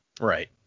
Right